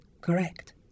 Correct